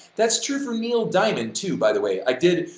that's true for neil diamond, too, by the way. i did,